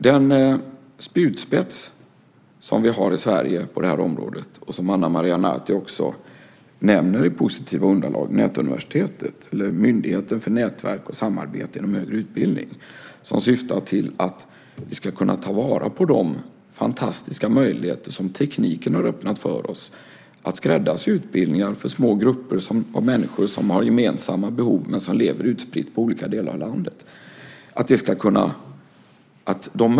Vi har i Sverige en spjutspets på det här området som också Ana Maria Narti nämner i positiva ordalag, nämligen Nätuniversitetet eller Myndigheten för nätverk och samarbete inom högre utbildning, som syftar till att vi ska kunna ta vara på de fantastiska möjligheter som tekniken har öppnat för oss att skräddarsy utbildningar för små grupper av människor som har gemensamma behov men som lever utspritt i olika delar av landet.